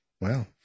Wow